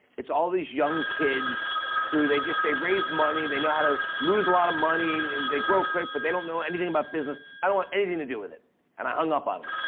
it's all these young kids who they just they raised money they know how to lose a lot of money and they grow quick but they don't know anything about business i don't want anything to do with it and i hung up on him.